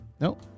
Nope